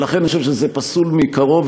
ולכן אני חושב שזה פסול מעיקרו,